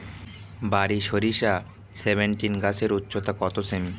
বারি সরিষা সেভেনটিন গাছের উচ্চতা কত সেমি?